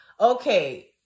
Okay